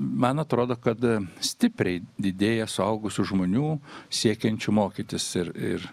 man atrodo kad stipriai didėja suaugusių žmonių siekiančių mokytis ir ir